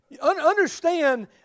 Understand